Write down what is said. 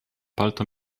palto